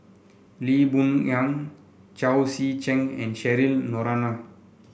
Lee Boon Ngan Chao Tzee Cheng and Cheryl Noronha